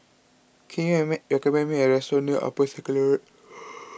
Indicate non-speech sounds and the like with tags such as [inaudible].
can you remake recommend me a restaurant near Upper Circular [noise]